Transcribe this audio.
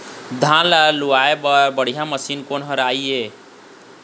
धान ला लुआय बर बढ़िया मशीन कोन हर आइ?